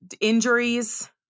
injuries